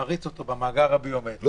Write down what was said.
מריץ אותו במאגר הביומטרי,